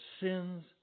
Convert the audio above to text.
sins